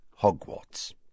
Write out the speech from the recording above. Hogwarts